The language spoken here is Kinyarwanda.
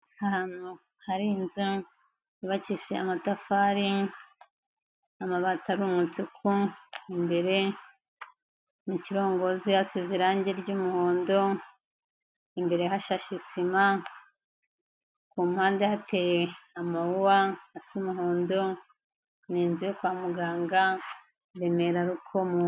Ahantu hari inzu yubakishije amatafari, amabati ari umutuku, imbere mu kirongozi asize irangi ry'umuhondo, imbere hashashe sima, ku mpande hateye amawuwa asa umuhondo, ni inzu yo kwa muganga Remera Rukomo.